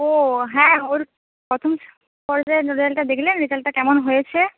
ও হ্যাঁ ওর রেজাল্টটা দেখলেন রেজাল্টটা কেমন হয়েছে